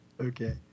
Okay